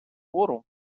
твору